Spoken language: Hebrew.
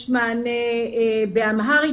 יש מענה באמהרית.